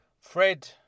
Fred